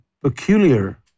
peculiar